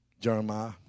Jeremiah